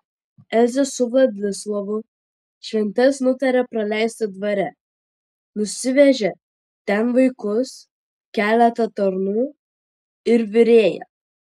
elzė su vladislovu šventes nutarė praleisti dvare nusivežę ten vaikus keletą tarnų ir virėją